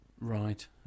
Right